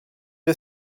the